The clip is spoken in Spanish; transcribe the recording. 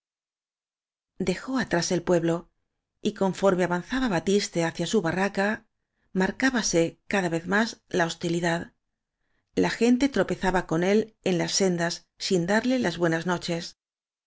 dejó atrás el pueblo y conforme avanzaba batiste hacía su barraca marcábase cada vez más la hostilidad la gente tropezaba con él en las sendas sin darle las buenas noches